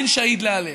אין שאהיד להלל,